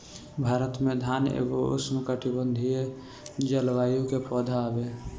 भारत में धान एगो उष्णकटिबंधीय जलवायु के पौधा हवे